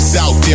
South